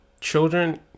children